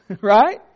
Right